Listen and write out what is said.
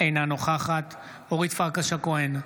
אינה נוכחת אורית פרקש הכהן,